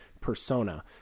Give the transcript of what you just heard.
persona